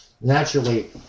Naturally